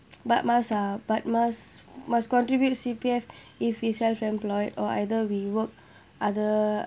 but must ah but must must contribute C_P_F if is self-employed or either we work other